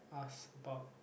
ask about